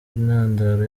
intandaro